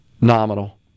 nominal